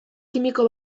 kimiko